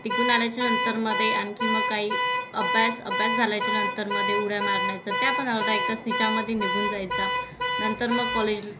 तिकडून आल्याच्या नंतरमध्ये आणखी मग काही अभ्यास अभ्यास झाल्याच्या नंतरमध्ये उड्या मारण्याचा त्या पण तिच्यामध्ये निघून जायचा नंतर मग कॉलेज